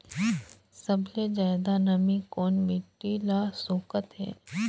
सबले ज्यादा नमी कोन मिट्टी ल सोखत हे?